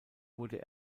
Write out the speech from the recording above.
wurde